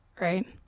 Right